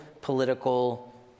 political